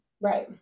Right